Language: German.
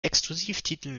exklusivtiteln